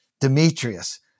Demetrius